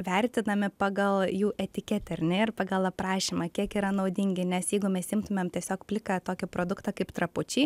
vertinami pagal jų etiketę ar ne ir pagal aprašymą kiek yra naudingi nes jeigu mes imtumėm tiesiog pliką tokį produktą kaip trapučiai